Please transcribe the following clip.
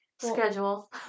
schedule